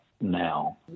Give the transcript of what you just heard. now